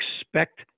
expect